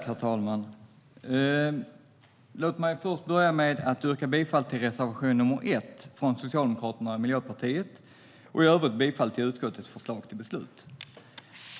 Herr talman! Jag yrkar bifall till reservation 1 från Socialdemokraterna och Miljöpartiet och i övrigt bifall till utskottets förslag till beslut.